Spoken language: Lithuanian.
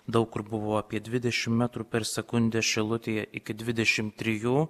daug kur buvo apie dvidešim metrų per sekundę šilutėje iki dvidešimt trijų